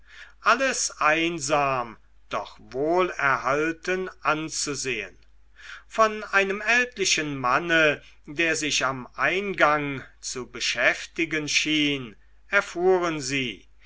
alles einsam doch wohlerhalten anzusehn von einem ältlichen manne der sich am eingang zu beschäftigen schien erfuhren sie